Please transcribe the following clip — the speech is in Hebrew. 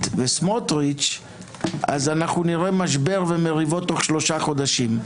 וסמוטריץ' אנחנו נראה משבר ומריבות תוך שלושה חודשים.